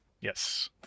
Yes